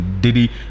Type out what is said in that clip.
Diddy